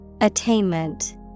Attainment